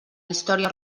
història